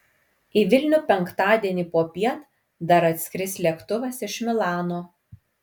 į vilnių penktadienį popiet dar atskris lėktuvas iš milano